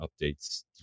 updates